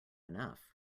enough